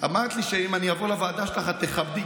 אמרת לי שאם אני אבוא לוועדה שלך את תכבדי.